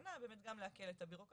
הכוונה באמת גם להקל את הבירוקרטיה,